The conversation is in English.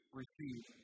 receive